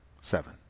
seven